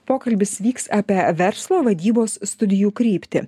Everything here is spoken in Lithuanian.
pokalbis vyks apie verslo vadybos studijų kryptį